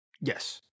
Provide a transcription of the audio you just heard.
yes